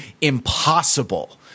impossible